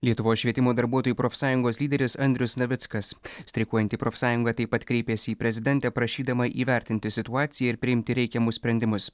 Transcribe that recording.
lietuvos švietimo darbuotojų profsąjungos lyderis andrius navickas streikuojanti profsąjunga taip pat kreipėsi į prezidentę prašydama įvertinti situaciją ir priimti reikiamus sprendimus